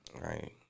Right